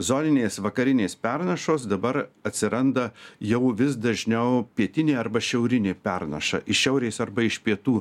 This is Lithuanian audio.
zoninės vakarinės pernašos dabar atsiranda jau vis dažniau pietinė arba šiaurinė pernaša iš šiaurės arba iš pietų